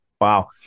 wow